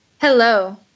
Hello